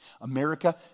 America